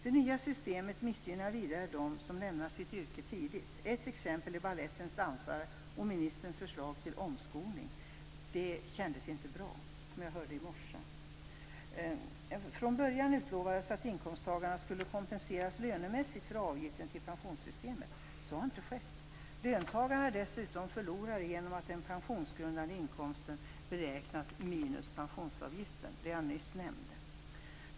Det nya systemet missgynnar vidare dem som lämnar sitt yrke tidigt. Ett exempel är balettens dansare och ministerns förslag om omskolning. Det känns inte bra - jag hörde det i morse. Från början utlovades att inkomsttagarna skulle kompenseras lönemässigt för avgiften till pensionssystemet. Så har inte skett. Löntagarna är dessutom förlorare genom att den pensionsgrundande inkomsten beräknas minus pensionsavgiften, som jag nyss nämnde.